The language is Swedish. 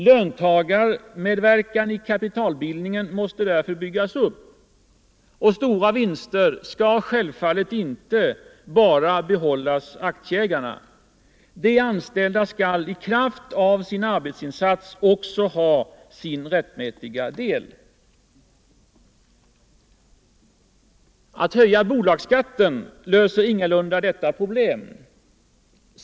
Löntagarmedverkan i kapitalbildningen måste därför byggas upp, och stora vinster skall självfallet inte bara förbehållas aktieägarna. De anställda skall i kraft av sin arbetsinsats också ha sin rättmätiga del. Att höja bolagsskatten löser ingalunda detta problem.